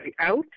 out